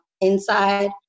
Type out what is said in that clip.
inside